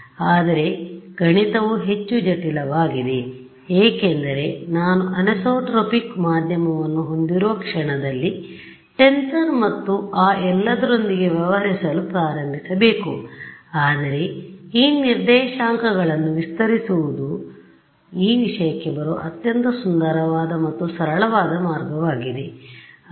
ಆದರೆ ಗಣಿತವು ಹೆಚ್ಚು ಜಟಿಲವಾಗಿದೆ ಏಕೆಂದರೆ ನಾನು ಅನಿಸೊಟ್ರೊಪಿಕ್ ಮಾಧ್ಯಮವನ್ನು ಹೊಂದಿರುವ ಕ್ಷಣದಲ್ಲಿ ಟೆನ್ಸರ್ ಮತ್ತು ಆ ಎಲ್ಲದರೊಂದಿಗೆ ವ್ಯವಹರಿಸಲು ಪ್ರಾರಂಭಿಸಬೇಕು ಆದರೆ ಈ ನಿರ್ದೇಶಾಂಕಗಳನ್ನು ವಿಸ್ತರಿಸುವುದು ವಿಸ್ತರಿಸುವುದು ಈ ವಿಷಯಕ್ಕೆ ಬರುವ ಅತ್ಯಂತ ಸುಂದರವಾದ ಮತ್ತು ಸರಳವಾದ ಮಾರ್ಗವಾಗಿದೆ